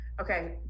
Okay